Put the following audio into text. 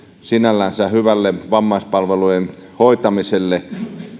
sinällänsä esteenä hyvälle vammaispalvelujen hoitamiselle